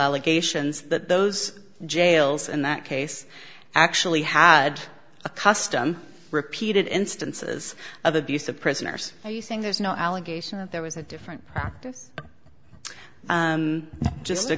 allegations that those jails in that case actually had a custom repeated instances of abuse of prisoners are you saying there's no allegation there was a different just to